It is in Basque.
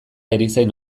erizain